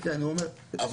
כן, הוא אומר --- כן.